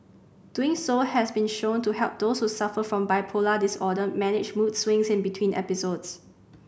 doing so has been shown to help those who suffer from bipolar disorder manage mood swings in between episodes